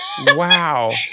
wow